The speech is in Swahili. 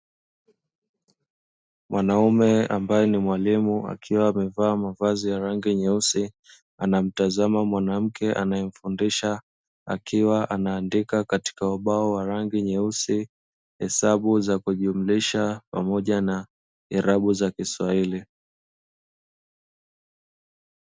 Mwanaume ambaye ni mwalimu akiwa amevaa mavazi ya rangi nyeusi anamtazama mwanamke anayemfundisha akiwa anaandika katika ubao wa rangi nyeusi hesabu za kujumlisha pamoja na irabu za kiswahili.